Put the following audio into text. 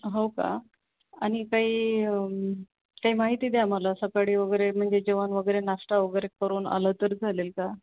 हो का आणि काही काही माहिती द्या मला सकाळी वगैरे म्हणजे जेवण वगैरे नाश्ता वगैरे करून आलं तर चालेल का